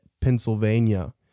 Pennsylvania